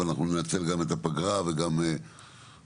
אבל אנחנו ננצל גם את הפגרה וגם תקופות